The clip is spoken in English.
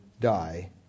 die